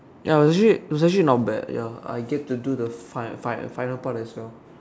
ya was actually it was actually not bad ya I get to do the fine fine final part as well